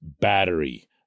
battery